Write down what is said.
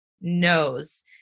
knows